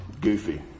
Goofy